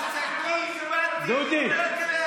הקטנים, העסקים הקטנים.